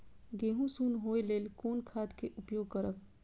गेहूँ सुन होय लेल कोन खाद के उपयोग करब?